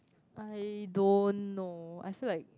I don't know I feel like